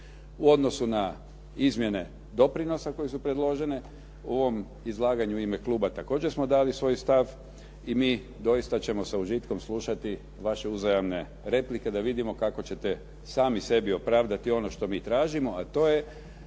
U odnosu na izmjene doprinosa koje su predložene u ovom izlaganju u ime kluba također smo dali svoj stav i mi doista ćemo sa užitkom slušati vaše uzajamne replike da vidimo kako ćete sami sebi opravdati ono što mi tražimo, a to je